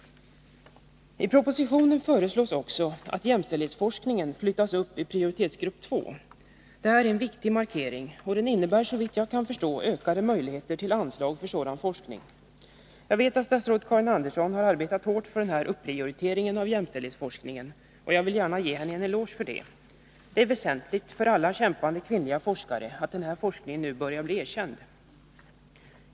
I propositionen föreslås också att jämställdhetsforskningen flyttas upp i prioritetsgrupp 2. Det är en viktig markering, och den innebär såvitt jag kan förstå ökade möjligheter till anslag för sådan forskning. Jag vet att statsrådet Karin Andersson har arbetat hårt för denna upprioritering av jämställdhets forskningen, och jag vill gärna ge henne en eloge för det. Det är väsentligt för alla kämpande kvinnliga forskare att denna forskning nu börjar bli erkänd.